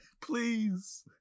please